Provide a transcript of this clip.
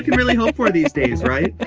really hope for these days. right.